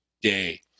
day